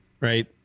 right